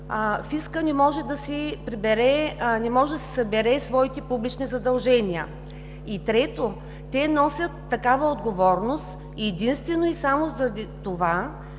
фискът не може да си събере своите публични задължения. И трето, те носят такава отговорност единствено и само заради това,